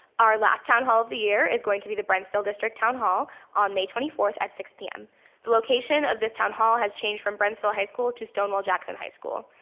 our last town hall of the year is going to be the brentsville district town hall on may twenty fourth at six pm. the location of this town hall has changed from brentsville high school to stonewall jackson high school.